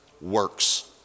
works